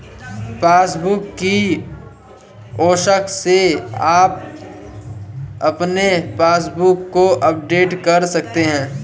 passbook kiosk से आप अपने पासबुक को अपडेट कर सकते हैं